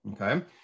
Okay